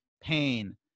pain